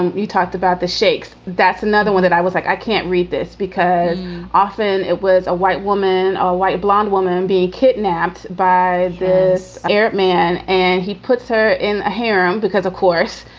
and you talked about the shakes. that's another one that i was like, i can't read this because often it was a white woman or white blonde woman being kidnapped by this man. and he puts her in a harem because, of course,